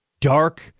dark